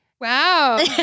Wow